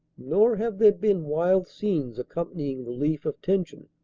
nor have there been wild scenes accompanying relief of tension.